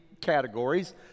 categories